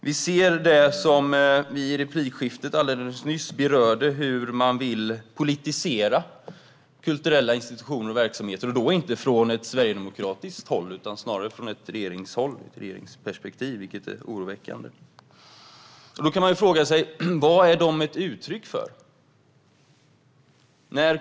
Vi ser det som alldeles nyss berördes i replikskiftet. Det handlar om en vilja att politisera kulturella institutioner och verksamheter, inte från ett sverigedemokratiskt håll utan snarare ur ett regeringsperspektiv. Detta är oroväckande. Vad är allt detta ett uttryck för?